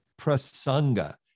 prasanga